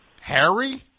Harry